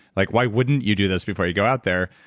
like why wouldn't you do this before you go out there,